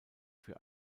für